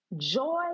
Joy